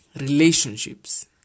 relationships